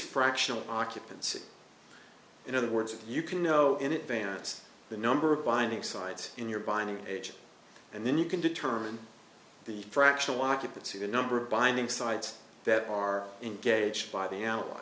fractional occupancy in other words you can know in advance the number of binding sides in your binding agent and then you can determine the fractional occupancy the number of binding sites that are engaged b